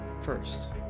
first